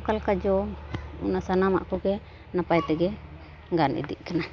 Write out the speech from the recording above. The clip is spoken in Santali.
ᱚᱠᱟᱞᱮᱠᱟ ᱡᱚ ᱚᱱᱟ ᱥᱟᱱᱢᱟᱜ ᱠᱚᱜᱮ ᱱᱟᱯᱟᱭ ᱛᱮᱜᱮ ᱜᱟᱱ ᱤᱫᱤᱜ ᱠᱟᱱᱟ